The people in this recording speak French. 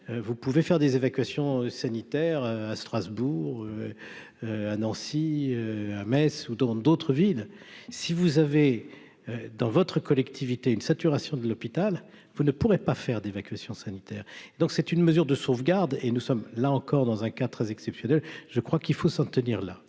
vous pouvez faire des évacuations sanitaires à Strasbourg à Nancy à Metz ou dans d'autres villes, si vous avez dans votre collectivité une saturation de l'hôpital, vous ne pourrez pas faire d'évacuation sanitaire, donc c'est une mesure de sauvegarde et nous sommes là encore dans un cas très exceptionnels, je crois qu'il faut s'en tenir là,